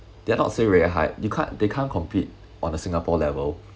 they are not still really high you can't they can't compete on a singapore level